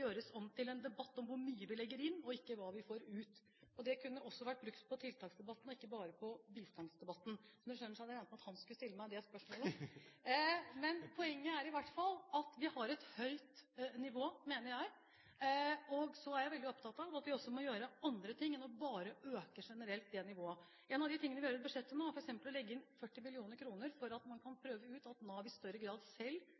kunne også vært brukt på tiltaksdebatten og ikke bare på bistandsdebatten. Som representanten skjønner, hadde jeg regnet med at han skulle stille meg det spørsmålet. Poenget er i hvert fall at vi har et høyt nivå, mener jeg, og så er jeg veldig opptatt av at vi også må gjøre andre ting enn bare generelt å øke det nivået. En av de tingene vi gjør i budsjettet nå, er f.eks. å legge inn 40 mill. kr for at man kan prøve ut at Nav i større grad selv